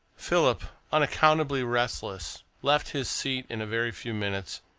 philip, unaccountably restless, left his seat in a very few minutes,